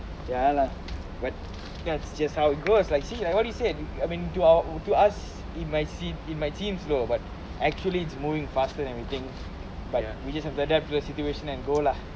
ya lah but that's just how it goes like see like what you said I mean to all to ask it might seem slow but actually it's moving faster we think we just have to adapt to the situation and go lah